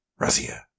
Razia